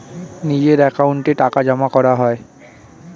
নিজের অ্যাকাউন্টে টাকা জমা করা যায়